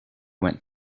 went